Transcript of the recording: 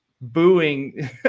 booing